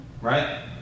right